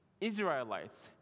Israelites